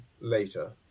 later